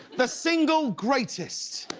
the single greatest.